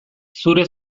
zure